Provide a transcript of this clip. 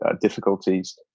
difficulties